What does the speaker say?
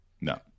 No